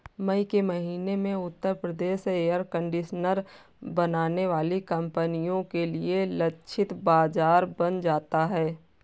मई के महीने में उत्तर प्रदेश एयर कंडीशनर बनाने वाली कंपनियों के लिए लक्षित बाजार बन जाता है